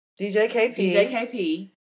DJKP